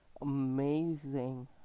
amazing